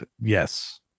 Yes